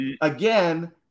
again